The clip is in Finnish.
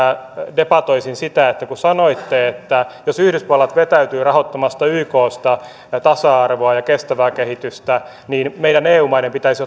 debatoisin sitä kun kun sanoitte että jos yhdysvallat vetäytyy rahoittamasta ykn kautta tasa arvoa ja kestävää kehitystä niin meidän eu maiden pitäisi